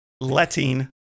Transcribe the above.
letting